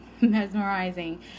mesmerizing